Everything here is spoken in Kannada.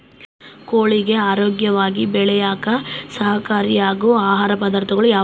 ಕೋಳಿಗೆ ಆರೋಗ್ಯವಾಗಿ ಬೆಳೆಯಾಕ ಸಹಕಾರಿಯಾಗೋ ಆಹಾರ ಪದಾರ್ಥಗಳು ಯಾವುವು?